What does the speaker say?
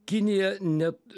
kinija net